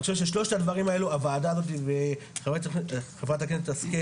אני חושב ששלושת הדברים האלו הוועדה הזאת וחה"כ השכל,